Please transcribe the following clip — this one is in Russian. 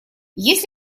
есть